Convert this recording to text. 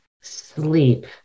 sleep